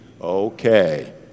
Okay